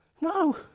no